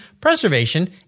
Preservation